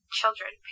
children